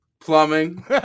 plumbing